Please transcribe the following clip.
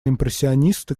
импрессионисты